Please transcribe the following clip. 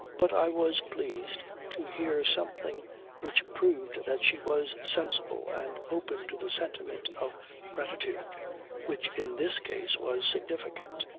but i was pleased to hear something which proved that she was sensible and open to the sentiment of gratitude which in this case was significant.